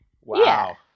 Wow